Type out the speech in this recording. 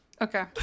Okay